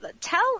tell